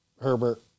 Herbert